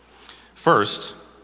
First